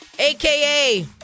AKA